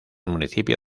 municipio